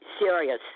serious